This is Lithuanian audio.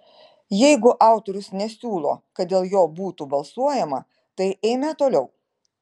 jeigu autorius nesiūlo kad dėl jo būtų balsuojama tai eime toliau